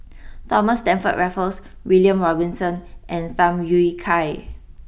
Thomas Stamford Raffles William Robinson and Tham Yui Kai